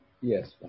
Yes